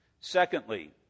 Secondly